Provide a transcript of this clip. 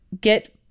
get